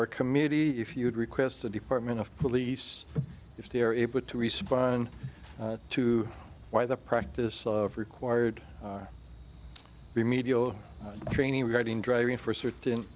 our committee if you would request a department of police if they are able to respond to why the practice of required remedial training regarding driving for certain